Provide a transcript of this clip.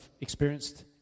experienced